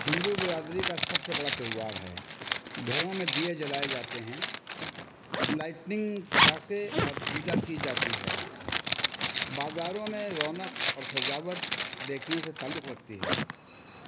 ہندو برادری کا سب سے بڑا تہوار ہے گھروں میں دیے جلائے جاتے ہیں لائٹنگ پٹاخے اور پوجا کی جاتی ہے بازاروں میں رونق اور سجاوٹ دیکھنے سے تعلق رکھتی ہے